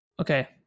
okay